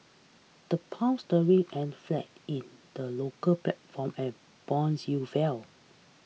the pound sterling ended flat in the local platform and bonds yields fell